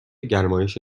گرمایش